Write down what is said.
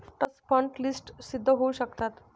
trust fund क्लिष्ट सिद्ध होऊ शकतात